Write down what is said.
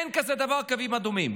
אין כזה דבר קווים אדומים.